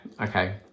okay